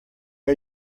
are